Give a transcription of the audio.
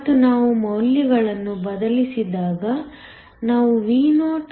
ಮತ್ತು ನಾವು ಮೌಲ್ಯಗಳನ್ನು ಬದಲಿಸಿದಾಗ ನಾವು Vo ಅನ್ನು 0